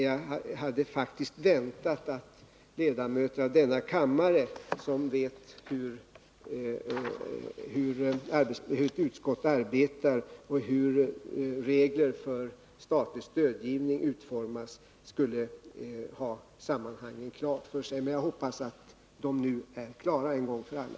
Jag hade faktiskt väntat mig att ledamöter av denna kammare, som vet hur utskotten arbetar och hur regler för statlig stödgivning utformas, skulle ha sammanhanget klart för sig. Jag hoppas att det nu är klart en gång för alla.